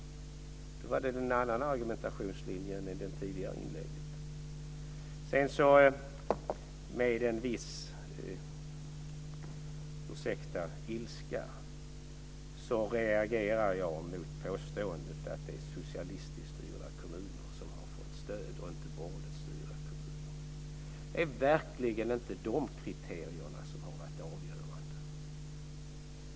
Då var det en annan argumentationslinje än i det tidigare inlägget. Med en viss - ursäkta! - ilska reagerar jag mot påståendet att det är socialistiskt styrda kommuner som har fått stöd och inte borgerligt styrda kommuner. Det är verkligen inte de kriterierna som har varit avgörande.